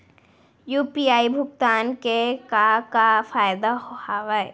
UPI भुगतान के का का फायदा हावे?